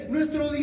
Nuestro